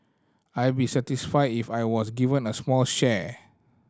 I be satisfied if I was given a small share